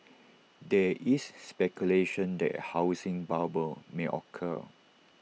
there is speculation that A housing bubble may occur